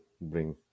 bring